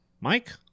Mike